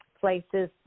places